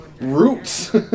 Roots